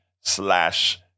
slash